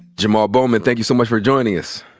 jamaal bowman, thank you so much for joining us.